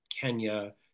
Kenya